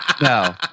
No